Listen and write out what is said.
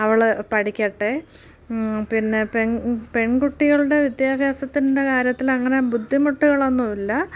അവൾ പഠിക്കട്ടെ പിന്നെ പെൺ പെൺകുട്ടികളുടെ വിദ്യാഭ്യാസത്തിൻ്റെ കാര്യത്തിൽ അങ്ങനെ ബുദ്ധിമുട്ടുകൾ ഒന്നുമില്ല